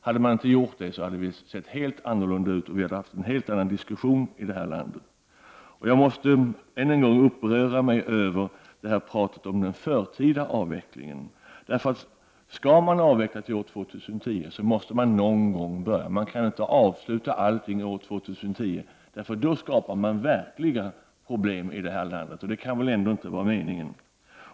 Om det inte hade gjorts, hade det sett helt annorlunda ut och vi hade haft en helt annan diskussion i detta land. Jag blir än en gång upprörd över pratet om den förtida avvecklingen. Om man skall avveckla till år 2010 måste man börja någon gång — allt kan inte avvecklas det året. Då skapar man verkligen problem, och det kan väl inte vara meningen.